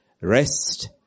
rest